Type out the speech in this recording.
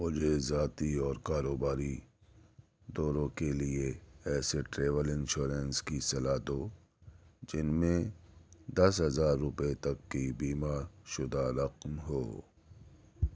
مجھے ذاتی اور کاروباری دوروں کے لیے ایسے ٹریول انشورنس کی صلاح دو جن میں دس ہزار روپے تک کی بیمہ شدہ رقم ہو